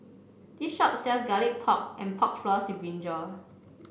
this shop sells Garlic Pork and Pork Floss Brinjal